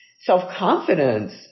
self-confidence